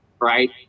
right